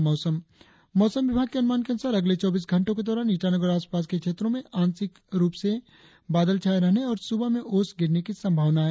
और अब मौसम मौसम विभाग के अनुमान के अनुसार अगले चौबीस घंटो के दौरान ईटानगर और आसपास के क्षेत्रो में आसमान में आंशिक रुप से बादल छाये रहने और सुबह में ओस गिरने की संभावना है